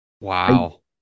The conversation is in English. Wow